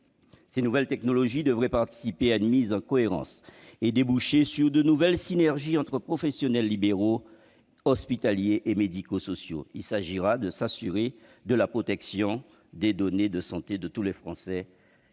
Ces nouvelles technologies devraient participer à une mise en cohérence et déboucher sur de nouvelles synergies entre professionnels libéraux, hospitaliers et médico-sociaux. Il s'agira de s'assurer de la protection des données de santé de tous les Français à tous les